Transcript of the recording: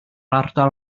ardal